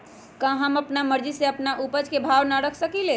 का हम अपना मर्जी से अपना उपज के भाव न रख सकींले?